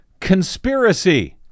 conspiracy